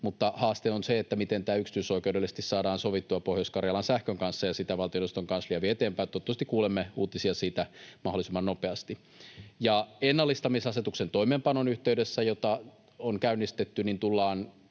mutta haaste on se, miten tämä yksityisoikeudellisesti saadaan sovittua Pohjois-Karjalan Sähkön kanssa, ja sitä valtioneuvoston kanslia vie eteenpäin — toivottavasti kuulemme uutisia siitä mahdollisimman nopeasti. Ennallistamisasetuksen toimeenpanon yhteydessä, jota on käynnistetty, tullaan